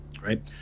Right